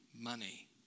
money